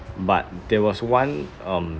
but there was one um